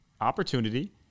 opportunity